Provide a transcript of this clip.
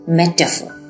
metaphor